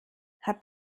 hat